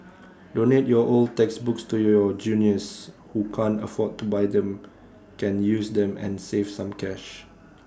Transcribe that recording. donate your old textbooks to your juniors who can't afford to buy them can use them and save some cash